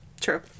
True